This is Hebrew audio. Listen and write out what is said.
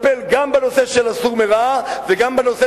שיטפל גם בנושא של ה"סור מרע" וגם בנושא